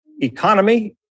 economy